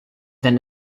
then